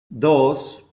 dos